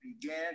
Began